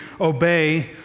obey